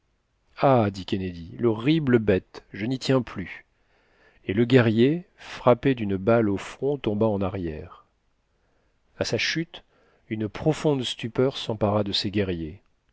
ah dit kennedy lhorrible bête je n'y tiens plus et le guerrier frappé d'une balle au front tomba en arrière a sa chute une profonde stupeur s'empara de ses guerriers